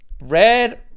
red